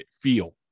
feel